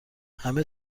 همه